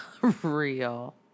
real